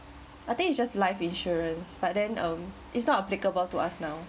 I think it's just life insurance but then um it's not applicable to us now